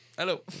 Hello